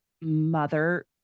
mother